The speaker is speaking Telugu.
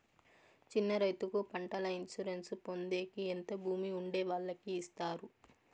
చిన్న రైతుకు పంటల ఇన్సూరెన్సు పొందేకి ఎంత భూమి ఉండే వాళ్ళకి ఇస్తారు?